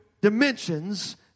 dimensions